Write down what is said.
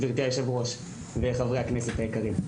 היושבת-ראש וחברי הכנסת היקרים,